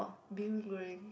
Bee-Hoon-Goreng